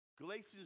Galatians